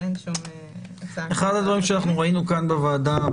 אחד הדברים שראינו בוועדה,